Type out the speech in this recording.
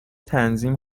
تنظیم